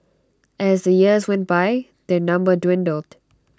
as the years went by their number dwindled